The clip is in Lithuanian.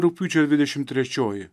rugpjūčio dvidešimt trečioji